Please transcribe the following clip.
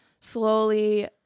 slowly